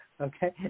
okay